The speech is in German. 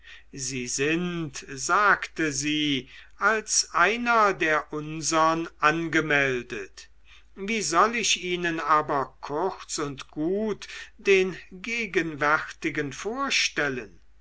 sie sind sagte sie als einer der unsern angemeldet wie soll ich ihnen aber kurz und gut den gegenwärtigen vorstellen